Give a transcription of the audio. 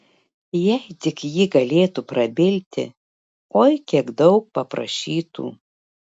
jei tik ji galėtų prabilti oi kiek daug paprašytų